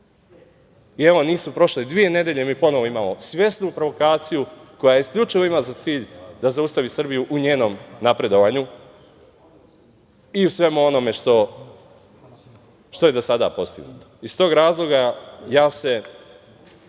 drugo. Evo, nisu prošle dve nedelje, mi ponovo imamo svesnu provokaciju koja isključivo ima za cilj da zaustavi Srbiju u njenom napredovanju i u svemu onome što je do sada postignuto. Iz tog razloga, ja sam